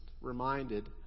reminded